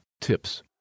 tips